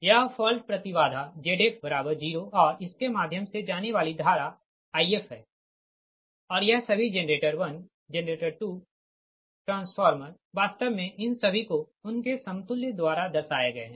यह फॉल्ट प्रति बाधा Zf0 और इसके माध्यम से जाने वाली धारा If है और यह सभी जेनरेटर 1 जेनरेटर 2 ट्रांसफार्मर वास्तव मे इन सभी को उनके समतुल्य द्वारा दर्शाए गए है